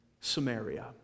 Samaria